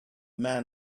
man